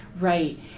Right